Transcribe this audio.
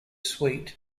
sweet